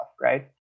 Right